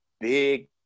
big